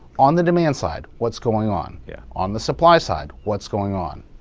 on the demand side, what's going on? yeah on the supply side, what's going on?